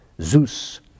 Zeus